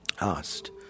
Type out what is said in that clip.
asked